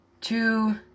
two